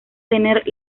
tener